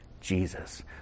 Jesus